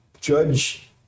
judge